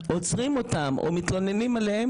עוצרים אותם או מתלוננים עליהם,